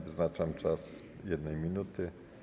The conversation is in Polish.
Wyznaczam czas - 1 minuta.